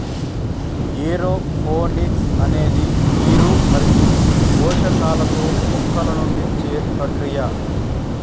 aeroponics అనేది నీరు మరియు పోషకాలతో మొక్కలను పెంచే ప్రక్రియ